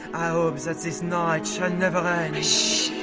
i ope zat zees night shall never